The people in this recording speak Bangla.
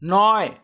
নয়